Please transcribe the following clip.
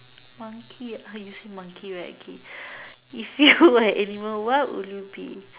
monkey eyes monkey right K if you were an animal what would you be